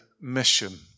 mission